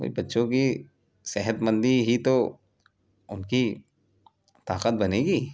بھائی بچوں کی صحت مندی ہی تو ان کی طاقت بنے گی